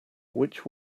which